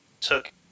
took